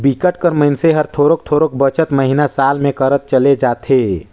बिकट कर मइनसे हर थोरोक थोरोक बचत महिना, साल में करत चले जाथे